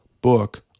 book